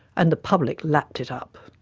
and the public lapped it up.